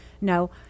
No